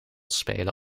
spelen